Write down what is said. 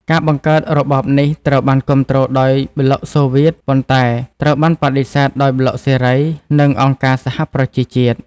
ការបង្កើតរបបនេះត្រូវបានគាំទ្រដោយប្លុកសូវៀត ប៉ុន្តែត្រូវបានបដិសេធដោយប្លុកសេរី និងអង្គការសហប្រជាជាតិ។